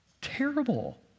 Terrible